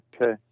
okay